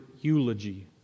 eulogy